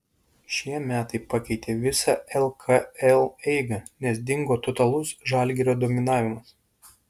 šie metai pakeitė visą lkl eigą nes dingo totalus žalgirio dominavimas